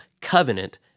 covenant